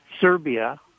Serbia